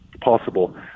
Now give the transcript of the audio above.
Possible